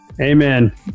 Amen